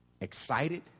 excited